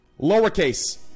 lowercase